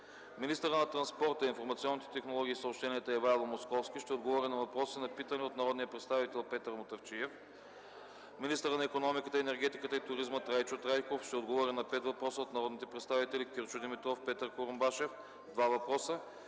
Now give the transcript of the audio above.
министърът на транспорта, информационните технологии и съобщенията Ивайло Московски ще отговори на въпроси на питане от народния представител Петър Мутафчиев; - министърът на икономиката, енергетиката и туризма Трайчо Трайков ще отговори на пет въпроса от народните представители Кирчо Димитров, Петър Курумбашев – два въпроса,